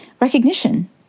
recognition